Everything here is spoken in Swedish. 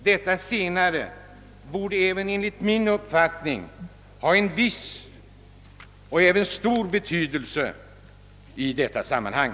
Detta borde även enligt min uppfattning ha stor betydelse i detta sammanhang.